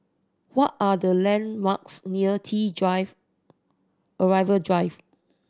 what are the landmarks near T Drive Arrival Drive